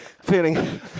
Feeling